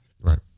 Right